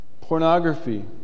pornography